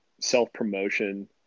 self-promotion